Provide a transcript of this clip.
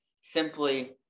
simply